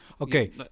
Okay